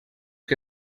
que